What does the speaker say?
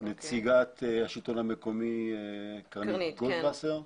נציגת השלטון המקומי קרנית גולדווסר,